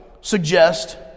suggest